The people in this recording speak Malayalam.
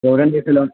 എവിടെ ഉണ്ട് ഈ സ്ഥലം